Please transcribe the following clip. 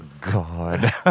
god